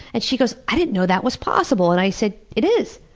and she goes, i didn't know that was possible! and i said, it is!